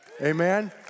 Amen